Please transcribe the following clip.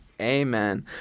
Amen